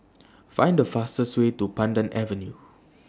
Find The fastest Way to Pandan Avenue